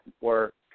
work